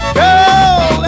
girl